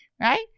Right